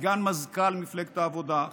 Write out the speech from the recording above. סגן מזכ"ל מפלגת העבודה,